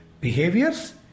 behaviors